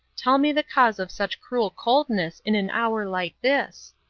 tell me the cause of such cruel coldness in an hour like this.